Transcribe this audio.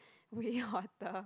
we hotter